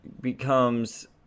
becomes